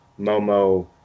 Momo